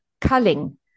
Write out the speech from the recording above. culling